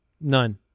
None